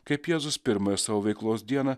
kaip jėzus pirmąją savo veiklos dieną